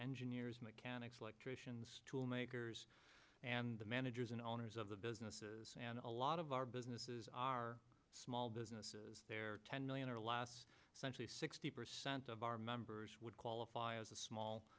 engineers mechanics electricians tool makers and the managers and owners of the businesses and a lot of our businesses are small businesses they're ten million or last century sixty percent of our members would qualify as a